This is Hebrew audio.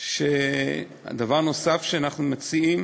שאנחנו מציעים